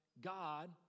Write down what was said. God